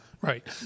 Right